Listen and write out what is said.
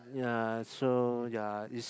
ya so ya is